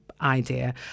idea